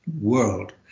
world